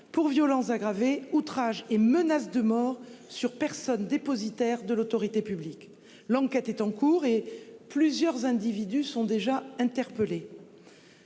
pour violences aggravées, outrage et menaces de mort sur personne dépositaire de l'autorité publique. L'enquête est en cours, et plusieurs individus ont déjà été interpellés.